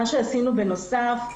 מה שעשינו בנוסף,